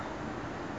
err